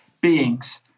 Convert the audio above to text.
beings